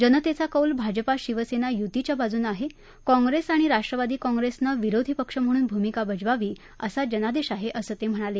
जनतेचा कौल भाजपा शिवसेना युतीच्या बाजूनं आहे काँप्रेस आणि राष्ट्रवादी काँप्रेसनं विरोधी पक्ष म्हणून भूमिका बजावावी असा जनादेश आहे असं ते म्हणाले